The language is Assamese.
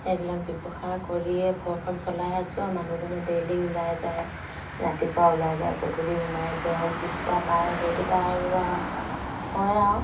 সেইবিলাক ব্যৱসায় কৰিয়ে ঘৰখন চলাই আছোঁ আৰু মানুহজনে ডেইলি ওলাই যায় ৰাতিপুৱা ওলাই যায় গধূলি সোমাই তেওঁ যিকেইটা পায় সেইকেইটা আৰু আৰু হয় আৰু